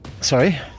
Sorry